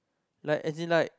like as in like